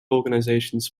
organisations